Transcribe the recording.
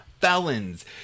felons